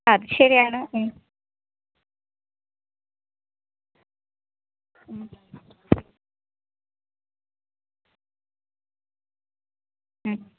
അ അത് ശരിയാണ്